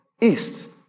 east